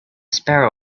sparrow